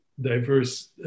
diverse